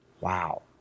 Wow